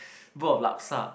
bowl of laksa